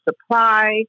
supply